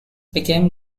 became